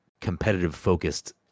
competitive-focused